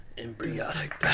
Embryonic